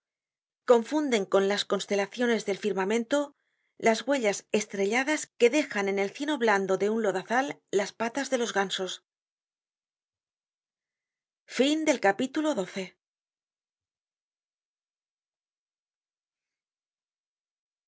confunden con las constelaciones del firmamento las huellas estrelladas que dejan en el cieno blando de un lodazal las patas de los t gansos